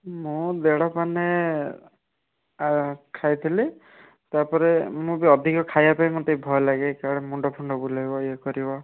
ମୁଁ ଦେଢ଼ ପାନେ ଖାଇଥିଲି ତାପରେ ମୁଁ ବି ଅଧିକ ଖାଇବା ପାଇଁ ମୋତେ ଭୟ ଲାଗେ କାଳେ ମୁଣ୍ଡ ଫୁଣ୍ଡ ବୁଲେଇବ ଇଏ କରିବ